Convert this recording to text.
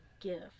gift